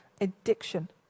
addiction